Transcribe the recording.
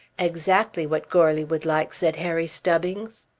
exactly what goarly would like, said harry stubbings.